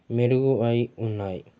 మెరుగు అయ్ ఉన్నాయి